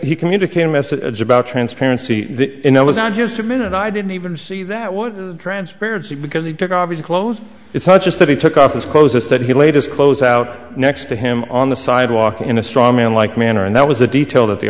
he communicate a message about transparency it's not just a minute i didn't even see that one transparency because he took obvious close it's not just that he took off his clothes as that he laid his clothes out next to him on the sidewalk in a straw man like manner and that was a detail that the